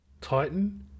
Titan